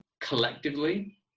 collectively